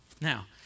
Now